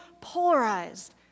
polarized